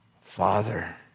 Father